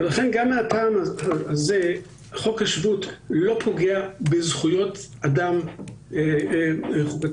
גם מהטעם הזה חוק השבות לא פוגע בזכויות אדם חוקתיות.